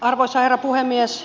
arvoisa herra puhemies